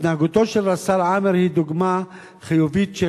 התנהגותו של רס"ר עאמר היא דוגמה חיובית של